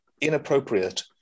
inappropriate